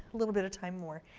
little bit of time more.